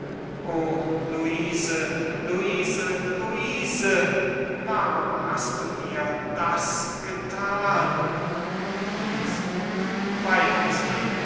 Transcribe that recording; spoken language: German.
luise luise luise warum hat du mir das gethan luise weinen sie